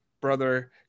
brother